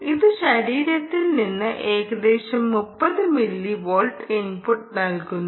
ഇത് ശരീരത്തിൽ നിന്ന് ഏകദേശം 30 മില്ലിവോൾട്ട് ഇൻപുട്ട് നൽകുന്നു